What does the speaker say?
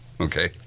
Okay